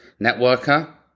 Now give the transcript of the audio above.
networker